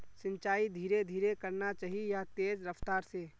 सिंचाई धीरे धीरे करना चही या तेज रफ्तार से?